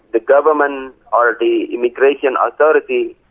the government or the immigration authority,